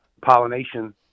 Pollination